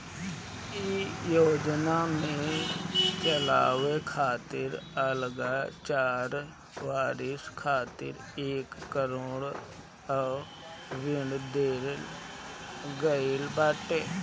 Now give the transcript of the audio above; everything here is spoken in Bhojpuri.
इ योजना के चलावे खातिर अगिला चार बरिस खातिर एक करोड़ कअ ऋण देहल गईल बाटे